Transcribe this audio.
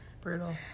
Brutal